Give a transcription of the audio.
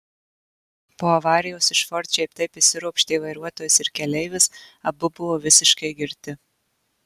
po avarijos iš ford šiaip taip išsiropštė vairuotojas ir keleivis abu buvo visiškai girti